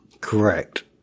Correct